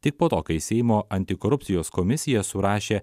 tik po to kai seimo antikorupcijos komisija surašė